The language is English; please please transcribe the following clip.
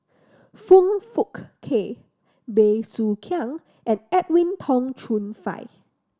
Foong Fook Kay Bey Soo Khiang and Edwin Tong Chun Fai